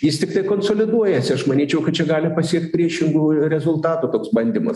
jis tiktai konsoliduojasi aš manyčiau kad čia gali pasiekt priešingų rezultatų toks bandymas